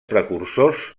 precursors